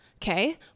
Okay